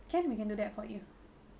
can we can do that for you